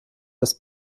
das